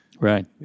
Right